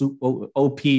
OP